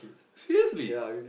seriously